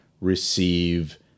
receive